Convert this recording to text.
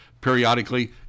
periodically